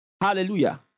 Hallelujah